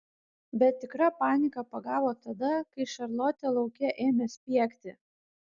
bet tikra panika pagavo tada kai šarlotė lauke ėmė spiegti